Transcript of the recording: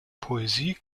poesie